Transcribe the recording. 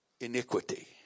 iniquity